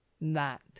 That